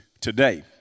today